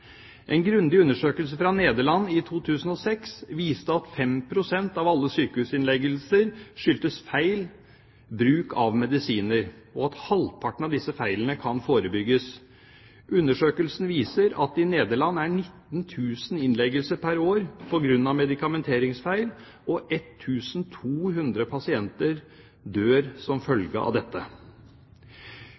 En grundig undersøkelse fra Nederland i 2006 viste at 5 pst. av alle sykehusinnleggelser skyldtes feil bruk av medisiner, og at halvparten av disse feilene kan forebygges. Undersøkelsen viser at det i Nederland er 19 000 innleggelser pr. år på grunn av medikamenteringsfeil, og 1 200 pasienter dør som følge av dette.